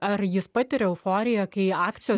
ar jis patiria euforiją kai akcijos